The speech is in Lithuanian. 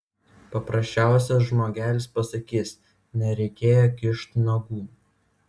paprasčiausias žmogelis pasakys nereikėjo kišt nagų